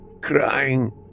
crying